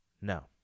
no